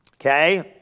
okay